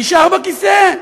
נשאר בכיסא.